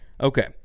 Okay